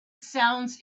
sounds